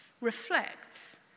reflects